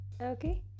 okay